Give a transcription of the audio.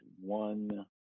one